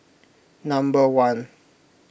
number one